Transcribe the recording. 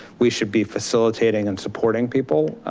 we should be facilitating and supporting people.